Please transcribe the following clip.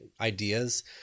ideas